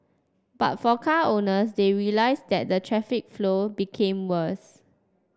but for car owners they realised that the traffic flow became worse